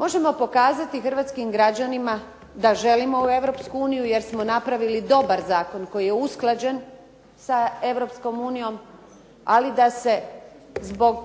Možemo pokazati hrvatskim građanima da želimo u Europsku uniju, jer smo napravili dobar zakon koji je usklađen sa Europskom unijom, ali da se zbog